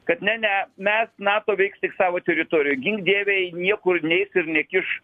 kad ne ne mes nato veiks tik savo teritorijoj gink dieve niekur neis ir nekiš